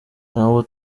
ntabwo